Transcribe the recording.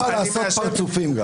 זכותך לעשות פרצופים גם.